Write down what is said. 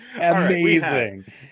Amazing